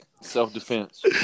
Self-defense